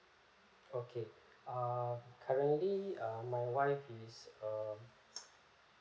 okay ah currently um my wife is um